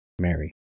Mary